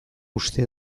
uste